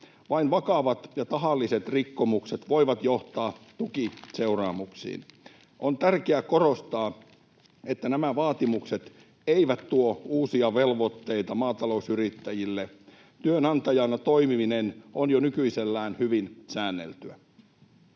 Vain vakavat ja tahalliset rikkomukset voivat johtaa tukiseuraamuksiin. On tärkeää korostaa, että nämä vaatimukset eivät tuo uusia velvoitteita maatalousyrittäjille. Työnantajana toimiminen on jo nykyisellään hyvin säänneltyä.